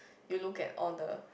you look at all the